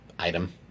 item